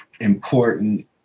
important